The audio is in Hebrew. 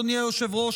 אדוני היושב-ראש,